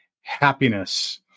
happiness